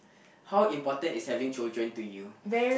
how important is having children to you